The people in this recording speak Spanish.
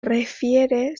refiere